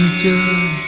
to